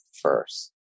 first